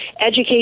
education